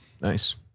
Nice